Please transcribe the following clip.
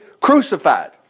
crucified